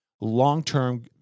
long-term